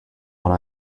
what